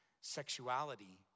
sexuality